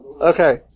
Okay